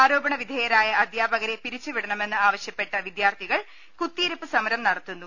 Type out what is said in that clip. ആരോപണ വിധേയരായ അധ്യാപകരെ പിരി ച്ചുവിടണമെന്ന് ആവശ്യപ്പെട്ട് വിദ്യാർത്ഥികൾ കുത്തിയിരിപ്പ് സമരം നടത്തുന്നു